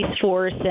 Force